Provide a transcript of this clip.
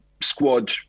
Squad